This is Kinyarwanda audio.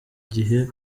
gihe